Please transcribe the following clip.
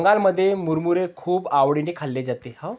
बंगालमध्ये मुरमुरे खूप आवडीने खाल्ले जाते